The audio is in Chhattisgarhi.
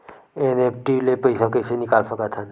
एन.ई.एफ.टी ले पईसा कइसे निकाल सकत हन?